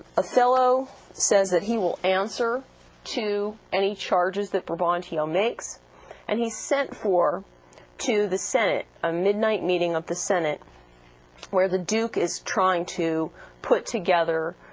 othello says he will answer to any charges that brabantio makes and he's sent for to the senate a midnight meeting of the senate where the duke is trying to put together